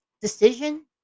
decision